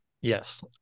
yes